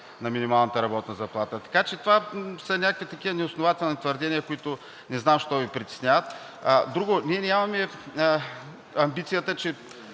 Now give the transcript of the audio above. на ГЕРБ в първия мандат, така че това са някакви такива неоснователни твърдения, които не знам защо Ви притесняват. Друго – ние нямаме амбицията, че